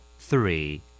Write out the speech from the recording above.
Three